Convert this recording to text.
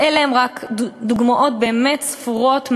ואלה הן רק דוגמאות באמת ספורות,